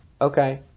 Okay